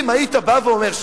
אתם תעשו את זה חוק-יסוד,